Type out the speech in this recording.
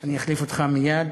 אני אחליף אותך מייד.